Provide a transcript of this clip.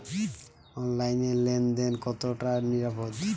অনলাইনে লেন দেন কতটা নিরাপদ?